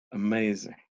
amazing